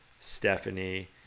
Stephanie